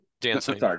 Dancing